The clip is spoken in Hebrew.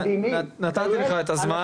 נתתי לך את הזמן.